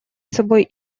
собой